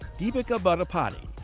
deepika bodapati,